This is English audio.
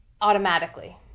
Automatically